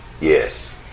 Yes